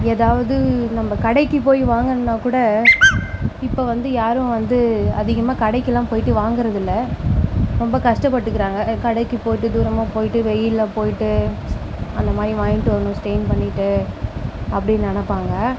ஏதாவது நம்ம கடைக்கு போய் வாங்குறதுனால் கூட இப்போ வந்து யாரும் வந்து அதிகமாக கடைக்கெல்லாம் போய்ட்டு வாங்குறதில்ல ரொம்ப கஷ்ட்ப்பட்டுக்கிறாங்க கடைக்கு போய்ட்டு தூரமாக போய்ட்டு வெயில்ல போய்ட்டு அந்த மாதிரி வாங்கிவிட்டு வரணும் ஸ்ட்ரெயின் பண்ணிட்டு அப்படினு நினப்பாங்க